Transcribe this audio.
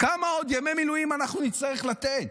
כמה עוד ימי מילואים נצטרך לתת?